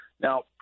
Now